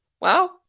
Wow